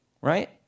right